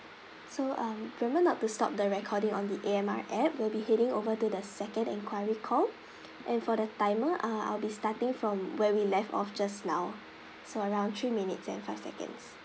so um remember not to stop the recording on the A M R app we'll be heading over to the second enquiry call and for the timer uh I'll be starting from where we left off just now so around three minutes and five seconds